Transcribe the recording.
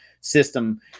system